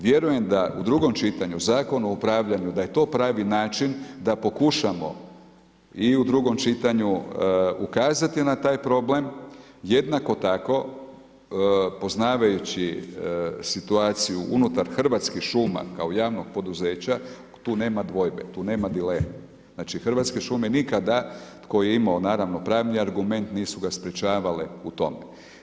Vjerujem da u drugom čitanju Zakon o upravljanju da je to pravi način da pokušamo i u drugom čitanju ukazati na taj problem, jednako tako poznavajući situaciju unutar Hrvatskih šuma kao javnog poduzeća, tu nema dvojbe, tu nema dileme, znači Hrvatske šume nikada tko je imao pravni argument nisu ga sprečavale u tome.